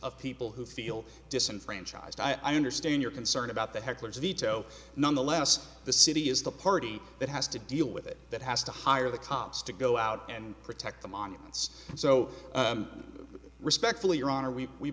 of people who feel disenfranchised i understand your concern about the heckler's veto nonetheless the city is the party that has to deal with it that has to hire the cops to go out and protect the monuments so respectfully your honor we we